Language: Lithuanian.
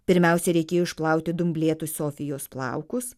pirmiausia reikėjo išplauti dumblėtus sofijos plaukus